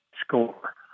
score